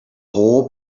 whole